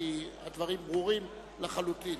כי הדברים ברורים לחלוטין.